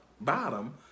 bottom